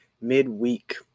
midweek